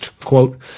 Quote